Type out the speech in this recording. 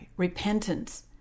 repentance